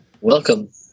Welcome